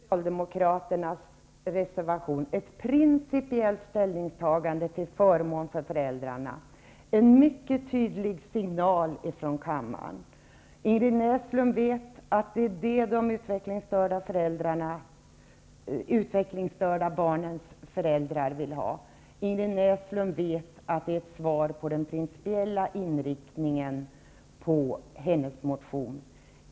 Herr talman! Det finns i Socialdemokraternas reservation ett principiellt ställningstagande till förmån för föräldrarna. Det är en mycket tydlig signal från kammaren. Ingrid Näslund vet att det är det som föräldrarna till de utvecklingsstörda barnen vill ha. Ingrid Näslund vet att det är ett svar på den principiella inriktningen i hennes motion.